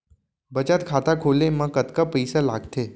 बचत खाता खोले मा कतका पइसा लागथे?